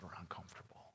uncomfortable